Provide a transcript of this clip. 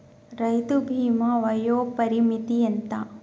రైతు బీమా వయోపరిమితి ఎంత?